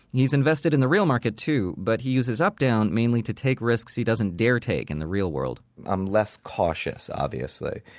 he's invested in the real market, too. but he uses updown mainly to take the risks he doesn't dare take in the real world i'm less cautious, obviously.